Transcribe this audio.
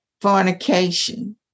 fornication